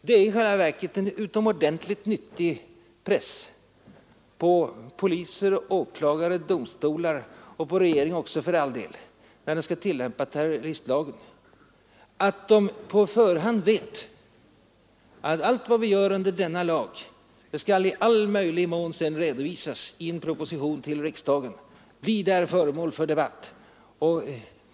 Det är i själva verket en utomordentligt nyttig press på poliser, åklagare, domstolar och regering när de skall tillämpa terroristlagen, att de på förhand vet att allt de gör enligt denna lag skall redovisas i en proposition till riksdagen och bli föremål för debatt där.